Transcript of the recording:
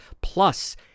plus